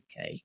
UK